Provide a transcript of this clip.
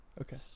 Okay